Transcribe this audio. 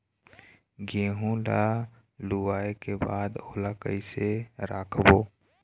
गेहूं ला लुवाऐ के बाद ओला कइसे राखबो?